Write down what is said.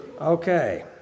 Okay